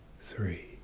three